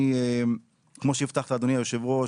כמו שהבטחת אדוני היושב-ראש,